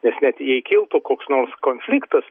nes net jei kiltų koks nors konfliktas